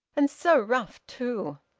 and so rough too!